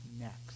next